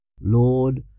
Lord